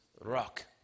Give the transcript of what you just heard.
Rock